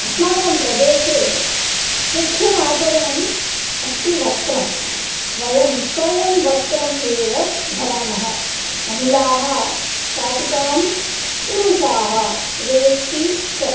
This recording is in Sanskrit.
अस्माकं प्रदेशे मुख्याचरणम् अस्ति वस्त्रं वयं सरलं वस्त्रम् एव धरामः महिलाः शाटिकां पुरुषाः वेष्टी च